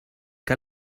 què